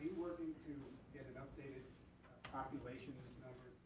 to get an updated population number